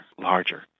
larger